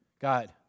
God